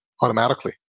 automatically